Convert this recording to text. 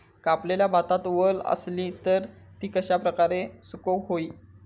कापलेल्या भातात वल आसली तर ती कश्या प्रकारे सुकौक होई?